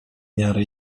miarę